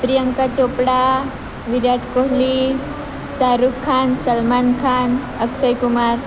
Priyanka Chopra Virat Kohli Shahrukh Khan Salman Khan Akshay Kumar